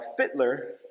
Fittler